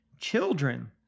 children